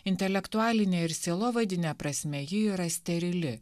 intelektualine ir sielovadine prasme ji yra sterili